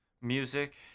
music